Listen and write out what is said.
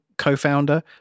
co-founder